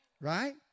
Right